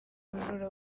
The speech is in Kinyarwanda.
ubujura